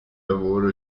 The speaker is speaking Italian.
lavoro